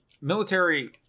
Military